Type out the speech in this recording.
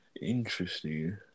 Interesting